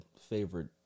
favorite